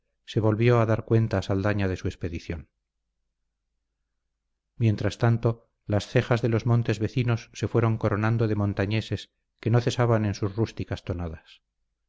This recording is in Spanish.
se volvió a dar cuenta a saldaña de su expedición mientras tanto las cejas de los montes vecinos se fueron coronando de montañeses que no cesaban en sus rústicas tonadas